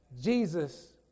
Jesus